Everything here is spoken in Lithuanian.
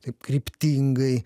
taip kryptingai